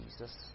Jesus